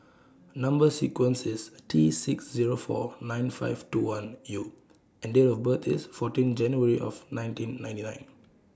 Number sequence IS T six Zero four nine five two one U and Date of birth IS fourteen January nineteen ninety nine